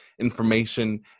information